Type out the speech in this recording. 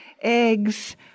Eggs